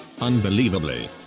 Unbelievably